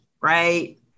right